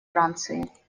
франции